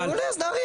מעולה, אז נאריך.